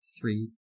three